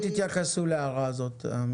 המשפטנים, תתייחסו להוראה הזאת.